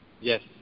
Yes